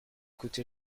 coûté